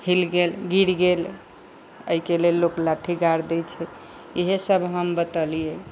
हिल गेल गिर गेल एहिके लेल लोक लाठी गारि दै छै इहे सब हम बतेलिए